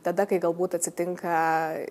tada kai galbūt atsitinka